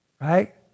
Right